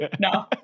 no